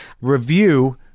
Review